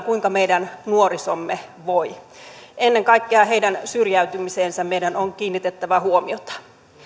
kuinka meidän nuorisomme voi ennen kaikkea heidän syrjäytymiseensä meidän on kiinnitettävä huomiota